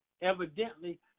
evidently